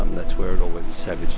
um that's where it all went savagely